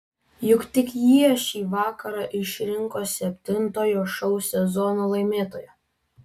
juk tik jie šį vakarą išrinko septintojo šou sezono laimėtoją